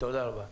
תודה רבה.